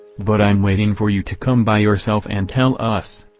but i'm waiting for you to come by yourself and tell us.